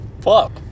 Fuck